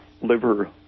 liver